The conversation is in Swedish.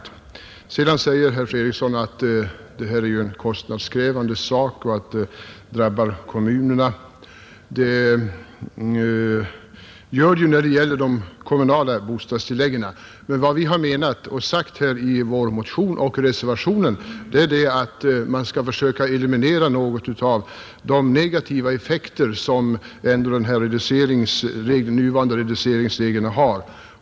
Herr Fredriksson säger att detta är en kostnadskrävande reform och att kostnaderna drabbar kommunerna, Det är fallet när det gäller de kommunala bostadstilläggen, men vad vi har menat och sagt i vår motion och i reservationen är att man skall försöka eliminera några av de negativa effekter som de nuvarande reduceringsreglerna har.